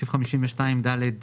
בסעיף 52ד(ד),